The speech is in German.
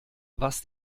was